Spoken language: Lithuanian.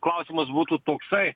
klausimas būtų toksai